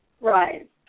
Right